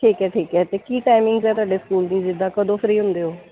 ਠੀਕ ਹੈ ਠੀਕ ਹੈ ਅਤੇ ਕੀ ਟਾਈਮਿੰਗ ਹੈ ਤੁਹਾਡੇ ਸਕੂਲ ਦੀ ਜਿੱਦਾਂ ਕਦੋਂ ਫ੍ਰੀ ਹੁੰਦੇ ਹੋ